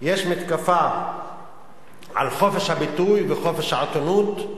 יש מתקפה על חופש הביטוי וחופש העיתונות,